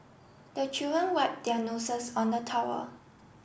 the children wipe their noses on the towel